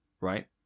right